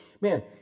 Man